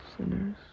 sinners